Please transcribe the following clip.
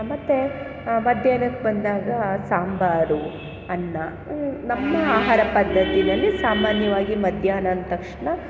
ಮತ್ತೆ ಮಧ್ಯಾಹ್ನಕ್ ಬಂದಾಗ ಸಾಂಬಾರು ಅನ್ನ ನಮ್ಮ ಆಹಾರ ಪದ್ದತಿನಲ್ಲಿ ಸಾಮಾನ್ಯವಾಗಿ ಮಧ್ಯಾಹ್ನ ಅಂದ ತಕ್ಷಣ